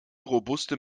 robuste